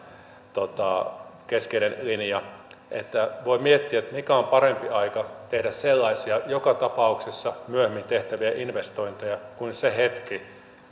keskeinen linja voi miettiä mikä on parempi aika tehdä joka tapauksessa myöhemmin tehtäviä investointeja kuin se hetki